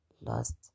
lost